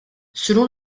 selon